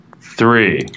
three